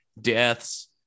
deaths